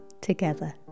together